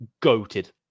Goated